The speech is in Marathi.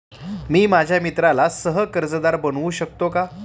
मी माझ्या मित्राला सह कर्जदार बनवू शकतो का?